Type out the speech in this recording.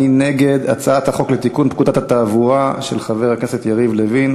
מי נגד הצעת החוק לתיקון פקודת התעבורה של חבר הכנסת יריב לוין?